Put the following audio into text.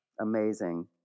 amazing